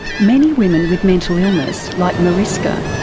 many women with mental illness, like mariska,